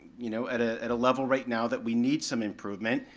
you know, at ah at a level right now that we need some improvement.